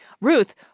Ruth